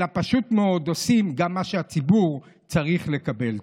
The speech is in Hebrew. אלא פשוט מאוד עושים גם מה שהציבור צריך לקבל.